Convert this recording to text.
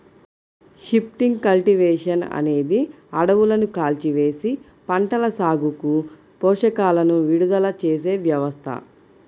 shifting cultivation అనేది అడవులను కాల్చివేసి, పంటల సాగుకు పోషకాలను విడుదల చేసే వ్యవస్థ